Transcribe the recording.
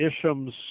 Isham's